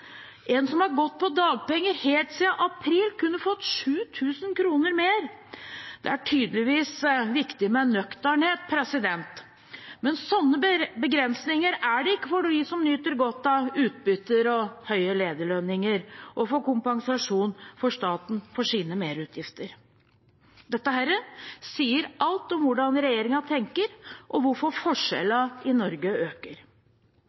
En som har gått på dagpenger helt siden april, kunne fått 7 000 kr mer. Det er tydeligvis viktig med nøkternhet. Men sånne begrensninger er det ikke for dem som nyter godt av utbytter og høye lederlønninger, og får kompensasjon fra staten for sine merutgifter. Dette sier alt om hvordan regjeringen tenker, og hvorfor forskjellene i Norge øker.